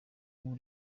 ubu